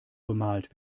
bemalt